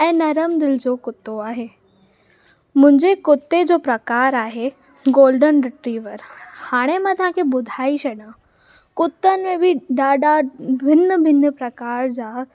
ऐं नरमु दिलि जो कुतो आहे मुंहिंजे कुते जो प्रकार आहे गोल्डन रिट्रीवर हाणे मां तव्हांखे ॿुधाए ई छॾियां कुतनि में बि ॾाढा भिन्न भिन्न प्रकार जा